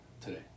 today